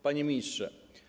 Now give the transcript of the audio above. Panie Ministrze!